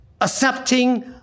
accepting